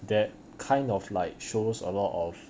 that kind of like shows a lot of